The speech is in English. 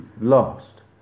lost